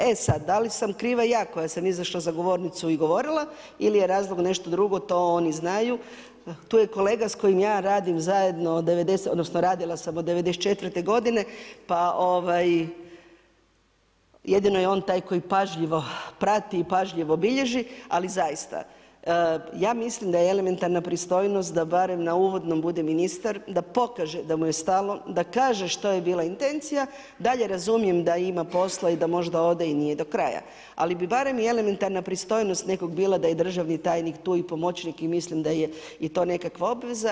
E sad, da li sam kriva ja koja sam izašla za govornicu i govorila ili je razlog nešto drugo, to oni znaju, tu je kolega s kojim ja radim zajedno, odnosno radila sam od '94. godine pa jedino je on taj koji pažljivo prati i pažljivo bilježi ali zaista ja mislim da je elementarna pristojnost da barem na uvodnom bude ministar, da pokaže da mu je stalo, da kaže što je bilo intencija, dalje razumijem da ima posla i da možda ode i nije do kraja, ali bi barem elementarna pristojnost nekog bila da je državni tajnik tu i pomoćnik i mislim da je i to nekakva obveza.